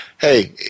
Hey